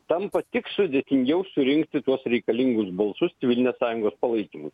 tampa tik sudėtingiau surinkti tuos reikalingus balsus civilinės sąjungos palaikymui